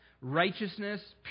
righteousness